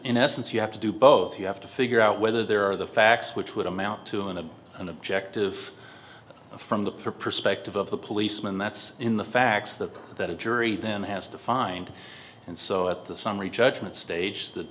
in essence you have to do both you have to figure out whether there are the facts which would amount to an unobjective from the perspective of the policeman that's in the facts that that a jury then has to find and so at the summary judgment stage th